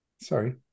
Sorry